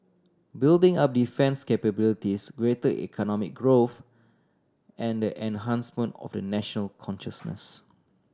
building up defence capabilities greater economic growth and the enhancement of a national consciousness